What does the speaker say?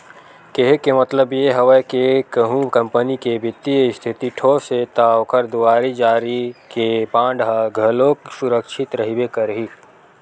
केहे के मतलब ये हवय के कहूँ कंपनी के बित्तीय इस्थिति ठोस हे ता ओखर दुवारी जारी के बांड ह घलोक सुरक्छित रहिबे करही